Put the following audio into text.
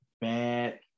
bad